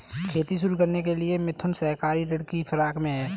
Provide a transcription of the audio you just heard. खेती शुरू करने के लिए मिथुन सहकारी ऋण की फिराक में है